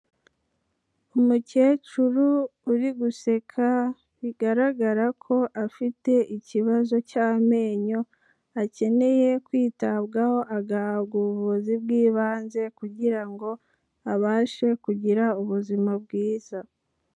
Umukecuru uri guseka bigaragara ko afite ikibazo cy'amenyo, akeneye kwitabwaho agahabwa ubuvuzi bw'ibanze kugira ngo abashe kugira ubuzima bwiza.